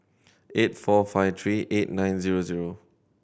eight four five three eight nine zero zero